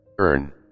earn